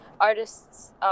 artists